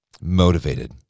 motivated